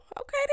okay